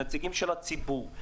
נציגים של הציבור.